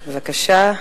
בבקשה,